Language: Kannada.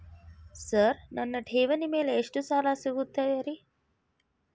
ಸರ್ ನನ್ನ ಠೇವಣಿ ಮೇಲೆ ಎಷ್ಟು ಸಾಲ ಸಿಗುತ್ತೆ ರೇ?